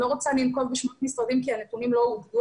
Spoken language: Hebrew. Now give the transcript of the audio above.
אני לא רוצה לנקוב בשמות משרדים כי הנתונים לא הועברו